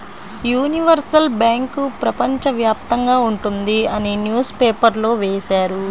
universal bank ప్రపంచ వ్యాప్తంగా ఉంటుంది అని న్యూస్ పేపర్లో వేశారు